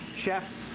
chef,